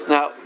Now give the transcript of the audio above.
Now